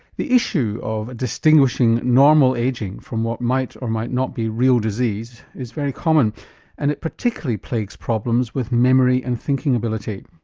the issue of distinguishing normal ageing from what might or might not be real disease is very common and it particularly plagues problems with memory and thinking ability.